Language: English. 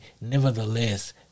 nevertheless